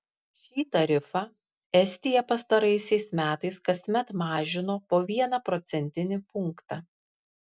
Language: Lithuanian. šį tarifą estija pastaraisiais metais kasmet mažino po vieną procentinį punktą